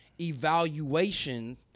evaluation